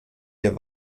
der